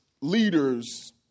leaders